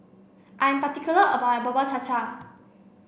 I am particular about my Bubur Cha Cha